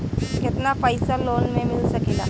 केतना पाइसा लोन में मिल सकेला?